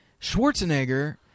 Schwarzenegger